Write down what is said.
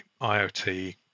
IoT